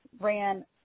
ran